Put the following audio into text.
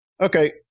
Okay